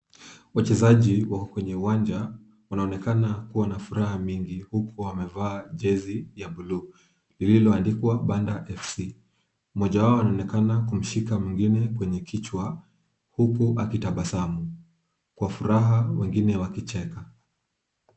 Wachezaji wako kwenye uwanja wanaonekana kuwa na furaha mingi huku wamevaa jezi ya buluu lililoandikwa Banda FC. Mmoja wao anaonekana ameshika mwingine kwenye kichwa huku akitabasamu kwa furaha wengine wakicheka.